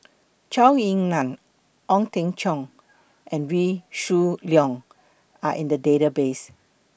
Zhou Ying NAN Ong Teng Cheong and Wee Shoo Leong Are in The Database